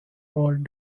old